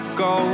go